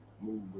move